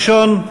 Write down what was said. הסעיף הראשון: